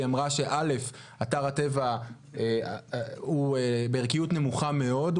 היא אמרה שאתר הטבע הוא בערכיות נמוכה מאוד,